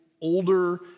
older